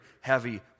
heavy